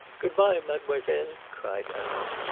goodbye, mademoiselle, cried hanaud,